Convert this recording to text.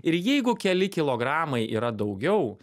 ir jeigu keli kilogramai yra daugiau